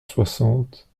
soixante